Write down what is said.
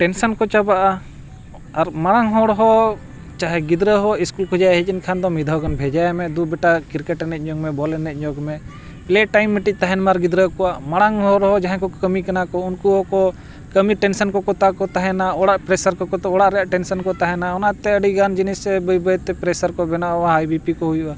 tension ᱠᱚ ᱪᱟᱵᱟᱜᱼᱟ ᱟᱨ ᱢᱟᱨᱟᱝ ᱦᱚᱲ ᱦᱚᱸ ᱪᱟᱦᱮ ᱜᱤᱫᱽᱨᱟᱹ ᱦᱚᱸ ᱤᱥᱠᱩᱞ ᱠᱷᱚᱱ ᱮ ᱦᱮᱡ ᱮᱱᱠᱷᱟᱱ ᱫᱚ ᱢᱤᱫ ᱫᱷᱟᱹᱣ ᱜᱟᱱ ᱵᱷᱮᱡᱟᱭᱮᱢᱮ ᱫᱩ ᱵᱮᱴᱟ ᱠᱨᱤᱠᱮᱴ ᱮᱱᱮᱡ ᱧᱚᱜᱽᱢᱮ ᱵᱚᱞ ᱮᱱᱮᱡ ᱧᱚᱜᱽ ᱢᱮ ᱯᱞᱮ ᱴᱟᱭᱤᱢ ᱢᱤᱫᱴᱤᱡ ᱛᱟᱦᱮᱱ ᱢᱟ ᱟᱨ ᱜᱤᱫᱽᱨᱟᱹ ᱠᱚᱣᱟᱜ ᱢᱟᱨᱟᱝ ᱦᱚᱲ ᱦᱚᱸ ᱡᱟᱦᱟᱸᱭ ᱠᱚ ᱠᱚ ᱠᱟᱹᱢᱤ ᱠᱟᱱᱟ ᱠᱚ ᱩᱱᱠᱩ ᱦᱚᱸᱠᱚ ᱠᱟᱹᱢᱤ ᱴᱮᱱᱥᱚᱱ ᱠᱚ ᱠᱚᱛᱟ ᱠᱚ ᱛᱟᱦᱮᱱᱟ ᱚᱲᱟᱜ ᱯᱨᱮᱥᱟᱨ ᱠᱚ ᱠᱚᱛᱮ ᱚᱲᱟᱜ ᱨᱮᱭᱟᱜ ᱴᱮᱱᱥᱮᱱ ᱠᱚ ᱛᱟᱦᱮᱱᱟ ᱚᱱᱟᱛᱮ ᱟᱹᱰᱤ ᱜᱟᱱ ᱡᱤᱱᱤᱥ ᱵᱟᱹᱭ ᱵᱟᱹᱭ ᱛᱮ ᱯᱮᱥᱟᱨ ᱠᱚ ᱵᱮᱱᱟᱣᱟ ᱦᱟᱭ ᱵᱤ ᱯᱤ ᱠᱚ ᱦᱩᱭᱩᱜᱼᱟ